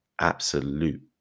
absolute